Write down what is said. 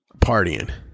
partying